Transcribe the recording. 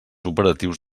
operatius